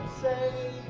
say